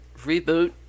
reboot